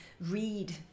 read